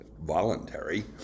voluntary